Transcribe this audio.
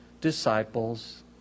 disciples